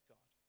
God